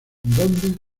donde